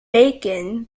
macon